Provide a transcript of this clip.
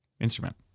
instrument